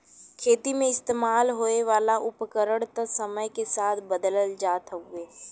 खेती मे इस्तेमाल होए वाला उपकरण त समय के साथे बदलत जात हउवे